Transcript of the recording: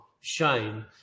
shine